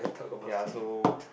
ya so